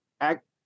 act